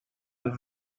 elle